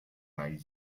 like